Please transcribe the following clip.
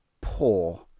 Poor